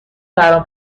برام